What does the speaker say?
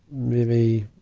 maybe,